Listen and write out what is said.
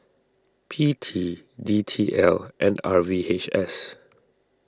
P T D T L and R V H S